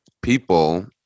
people